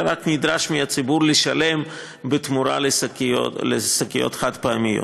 אלא רק נדרש מהציבור לשלם בתמורה לשקיות חד-פעמיות.